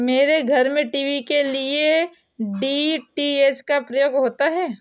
मेरे घर में टीवी के लिए डी.टी.एच का प्रयोग होता है